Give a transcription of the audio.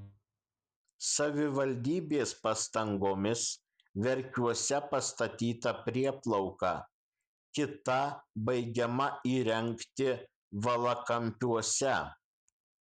savivaldybės pastangomis verkiuose pastatyta prieplauka kita baigiama įrengti valakampiuose